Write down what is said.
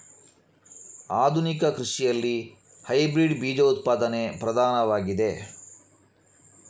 ಆಧುನಿಕ ಕೃಷಿಯಲ್ಲಿ ಹೈಬ್ರಿಡ್ ಬೀಜ ಉತ್ಪಾದನೆ ಪ್ರಧಾನವಾಗಿದೆ